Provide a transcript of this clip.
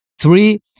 Three